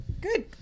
good